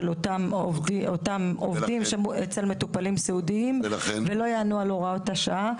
אותם עובדים אצל מטופלים סיעודיים ולא יענו על הוראת השעה.